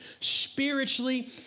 spiritually